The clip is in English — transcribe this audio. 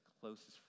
closest